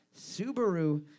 Subaru